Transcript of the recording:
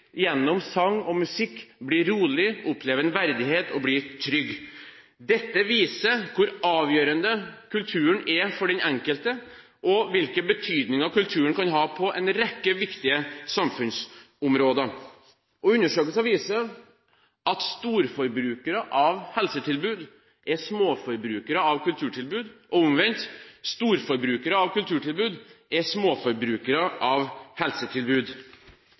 gjennom sang og musikk bli roligere, oppleve en verdighet og bli trygge. Dette viser hvor avgjørende kulturen er for den enkelte, og hvilke betydninger kulturen kan ha på en rekke viktige samfunnsområder. Undersøkelser viser at storforbrukere av helsetilbud er småforbrukere av kulturtilbud – og omvendt – storforbrukere av kulturtilbud er småforbrukere av helsetilbud.